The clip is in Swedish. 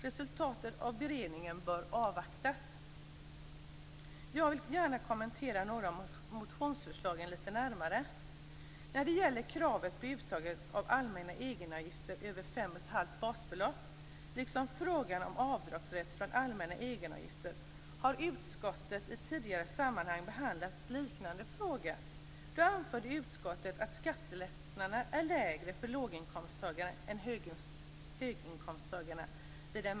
Resultatet av beredningen bör avvaktas. Jag vill gärna kommentera några av motionsförslagen litet närmare. Utskottet har i tidigare sammanhang behandlat frågor liknande den om kravet på uttag av allmänna egenavgifter över 7 1⁄2 basbelopp och den om avdragsrätt för allmänna egenavgifter.